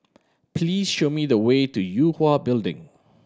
please show me the way to Yue Hwa Building